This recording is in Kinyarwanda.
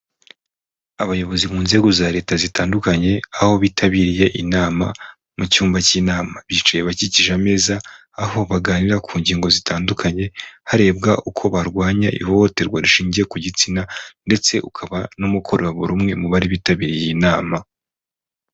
Abayobozi mu nzego za leta zitandukanye, aho bitabiriye inama, mu cyumba cy'inama, bicaye bakikije ameza, aho baganira ku ngingo zitandukanye, harebwa uko barwanya ihohoterwa rishingiye ku gitsina ndetse ukaba n'umukora buri umwe mu bari bitabiriye iyi nama.